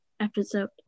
episode